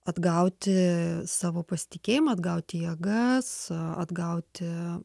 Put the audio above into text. atgauti savo pasitikėjimą atgauti jėgas atgauti o